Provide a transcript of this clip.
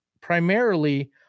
primarily